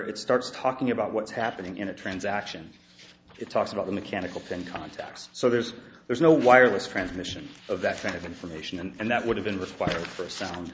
it starts talking about what's happening in a transaction it talks about the mechanical and contacts so there's there's no wireless transmission of that kind of information and that would have been required for sound